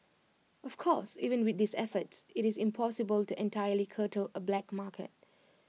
of course even with these efforts IT is impossible to entirely curtail A black market